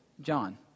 John